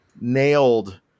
nailed